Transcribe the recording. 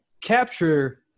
capture